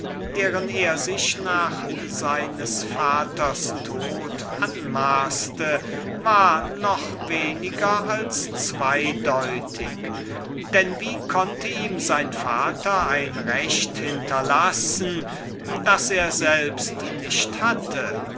deren er sich nach seines vaters tod den er selbst durch einen schlaftrunk beschleuniget hatte anmaßte war noch weniger als zweideutig denn sein vater konnte ihm kein recht hinterlassen das er selbst nicht hatte